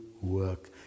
work